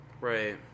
Right